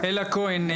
אלה כהן,